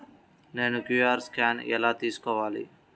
నేను QR scan ఎలా తీసుకోవాలి?